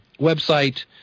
website